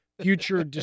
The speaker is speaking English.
future